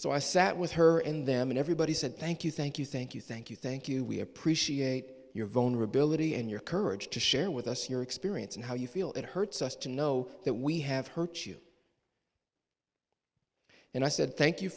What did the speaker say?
so i sat with her and them and everybody said thank you thank you thank you thank you thank you we appreciate your vulnerability and your courage to share with us your experience and how you feel it hurts us to know that we have hurt you and i said thank you